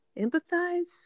empathize